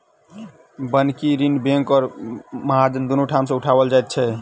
बन्हकी ऋण बैंक आ महाजन दुनू ठाम सॅ उठाओल जाइत छै